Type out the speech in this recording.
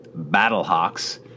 Battlehawks